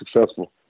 successful